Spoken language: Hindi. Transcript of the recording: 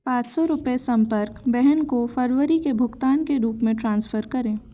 पाँच सौ रुपये सम्पर्क बहन को फरवरी के भुगतान के रूप में ट्रांसफ़र करें